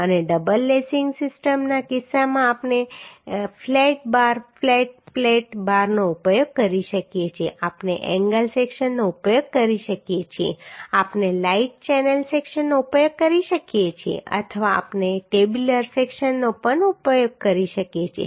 અને double lacing સિસ્ટમના કિસ્સામાં પણ આપણે ફ્લેટ બાર ફ્લેટ પ્લેટ બારનો ઉપયોગ કરી શકીએ છીએ આપણે એંગલ સેક્શનનો ઉપયોગ કરી શકીએ છીએ આપણે લાઇટ ચેનલ સેક્શનનો ઉપયોગ કરી શકીએ છીએ અથવા આપણે ટ્યુબ્યુલર સેક્શનનો પણ ઉપયોગ કરી શકીએ છીએ